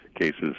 cases